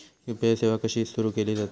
UPI सेवा कशी सुरू केली जाता?